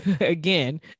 again